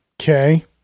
Okay